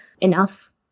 enough